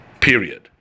period